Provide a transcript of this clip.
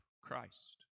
Christ